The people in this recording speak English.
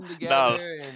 No